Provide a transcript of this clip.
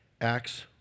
Acts